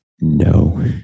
No